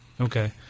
Okay